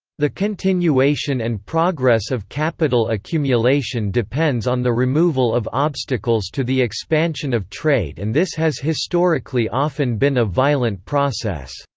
the continuation and progress of capital accumulation depends on the removal of obstacles to the expansion of trade and this has historically often been a violent process.